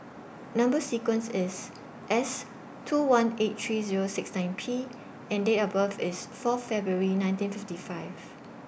Number sequence IS S two one eight three Zero six nine P and Date of birth IS four February nineteen fifty five